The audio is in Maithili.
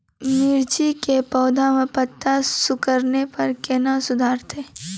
मिर्ची के पौघा मे पत्ता सिकुड़ने पर कैना सुधरतै?